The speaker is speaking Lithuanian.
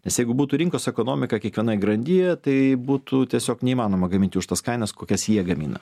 nes jeigu būtų rinkos ekonomika kiekvienoj grandyje tai būtų tiesiog neįmanoma gaminti už tas kainas kokias jie gamina